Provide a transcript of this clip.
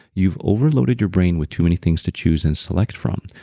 you've overloaded your brain with too many things to choose and select from.